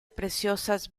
preciosas